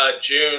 June